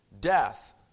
death